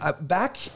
Back